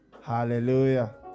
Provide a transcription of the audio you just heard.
Hallelujah